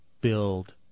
build